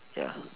ya